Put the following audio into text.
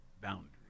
boundaries